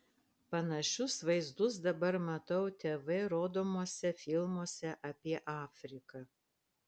panašius vaizdus dabar matau tv rodomuose filmuose apie afriką